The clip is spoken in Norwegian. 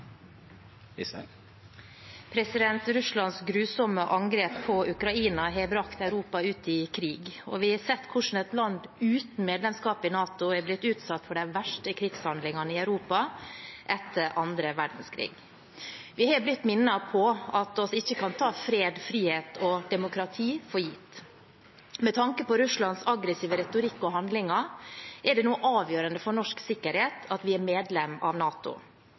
Russlands grusomme angrep på Ukraina har brakt Europa ut i krig, og vi har sett hvordan et land uten medlemskap i NATO er blitt utsatt for de verste krigshandlingene i Europa etter annen verdenskrig. Vi har blitt minnet på at vi ikke kan ta fred, frihet og demokrati for gitt. Med tanke på Russlands aggressive retorikk og handlinger er det nå avgjørende for norsk sikkerhet at vi er medlem av NATO.